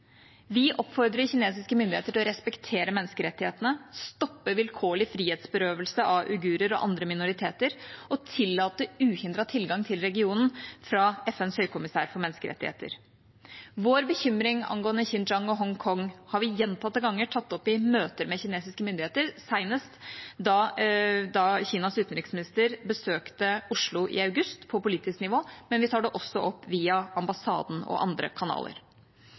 Vi oppfordrer kinesiske myndigheter til å respektere menneskerettighetene, stoppe vilkårlig frihetsberøvelse av uigurer og andre minoriteter og tillate uhindret adgang til regionen for FNs høykommissær for menneskerettigheter. Vår bekymring angående Xinjiang og Hongkong har vi gjentatte ganger tatt opp i møter med kinesiske myndigheter, senest da Kinas utenriksminister besøkte Oslo i august, på politisk nivå, men vi tar det også opp via ambassaden og andre kanaler.